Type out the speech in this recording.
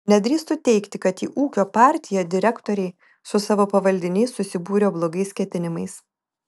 nedrįstu teigti kad į ūkio partiją direktoriai su savo pavaldiniais susibūrė blogais ketinimais